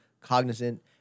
cognizant